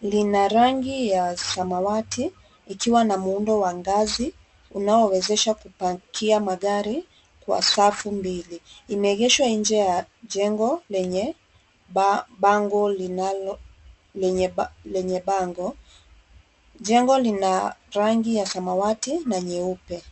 lina rangi ya samawati ikiwa na muundo wa ngazi unaowezesha kupakia magaria kwa safu mbili. Imeegeshwa nje ya jengo lenye bango. Jengo lina rangi ya samawati na nyeupe.